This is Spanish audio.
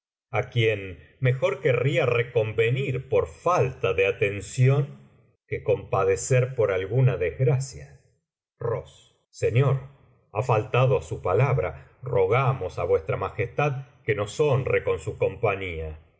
á quien mejor querría reconvenir por falta de atención que compadecer por alguna desgracia señor ha faltado á su palabra rogamos á vuestra majestad que nos honre con su compañía